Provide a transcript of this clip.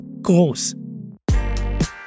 groß